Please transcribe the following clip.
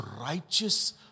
righteous